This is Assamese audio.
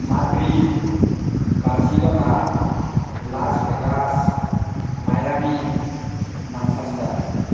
Madrid Barcelona Las Vegas Miami Manchester